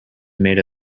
made